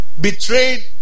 betrayed